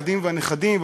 הילדים והנכדים,